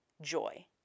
joy